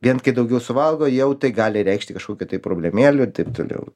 vien kai daugiau suvalgo jau tai gali reikšti kažkokį tai problemėlių ir taip toliau